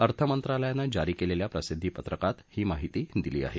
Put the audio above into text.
अर्थमंत्रालयानं जारी केलेल्या प्रसिद्वीपत्रकात ही माहिती दिली आहे